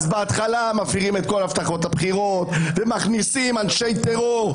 בהתחלה מבטיחים את הבטחות הבחירות ומכניסים את אנשי הטרור,